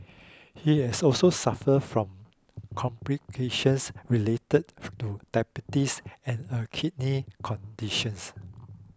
he had also suffered from complications related to diabetes and a kidney conditions